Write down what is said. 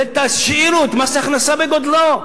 ותשאירו את מס הכנסה בגודלו.